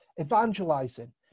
evangelizing